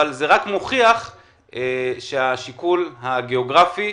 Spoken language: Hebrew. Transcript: זה רק מוכיח שהשיקול הגיאוגרפי,